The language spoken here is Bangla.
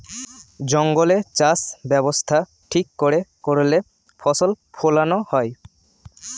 জঙ্গলে চাষ ব্যবস্থা ঠিক করে করলে ফসল ফোলানো হয়